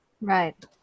Right